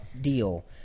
deal